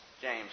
James